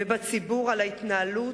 בגלל ההתנהלות,